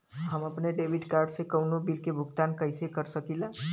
हम अपने debit card से कउनो बिल के भुगतान कइसे कर सकीला?